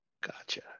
Gotcha